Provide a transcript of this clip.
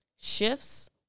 shifts